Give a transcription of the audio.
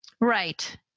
right